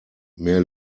mehr